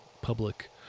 public